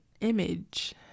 image